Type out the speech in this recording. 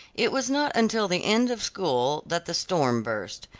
it was not until the end of school that the storm burst.